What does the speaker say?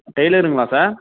டெய்லருங்களா sir